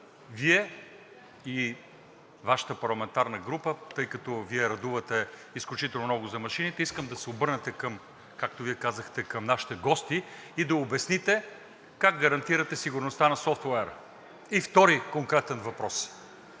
Вие и Вашата парламентарна група, тъй като Вие радувате изключително много за машините, искам да се обърнете към, както Вие казахте, нашите гости и да обясните как гарантирате сигурността на софтуера? Втори конкретен въпрос.